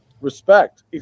Respect